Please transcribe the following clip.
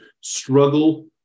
struggle